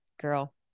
girl